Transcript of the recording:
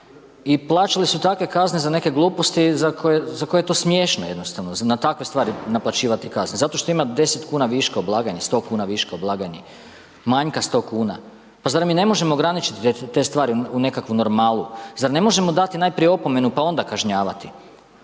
i plaćali su takve kazne za neke gluposti za koje je to smiješno jednostavno na takve stvari naplaćivati kazne, zato što ima 10 kuna viška u blagajni, 100 kuna viška u blagajni. Majka 100 kuna. Pa zar mi ne možemo ograničiti te stvari u nekakvu normalu? Zar ne možemo dati najprije opomenu pa onda kažnjavati?